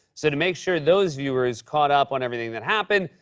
so to make sure those viewers caught up on everything that happened,